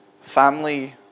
Family